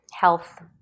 Health